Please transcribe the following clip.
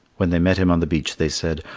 when they met him on the beach they said,